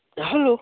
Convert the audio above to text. hello